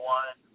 one